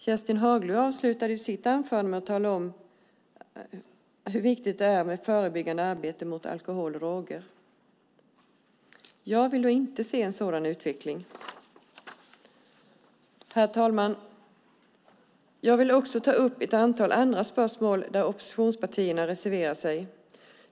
Kerstin Haglö avslutade sitt anförande med att tala om hur viktigt det är med förebyggande arbete mot alkohol och droger. Jag vill då inte se en sådan utveckling. Herr talman! Jag vill också ta upp ett antal andra spörsmål där oppositionspartierna reserverar sig.